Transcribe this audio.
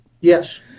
yes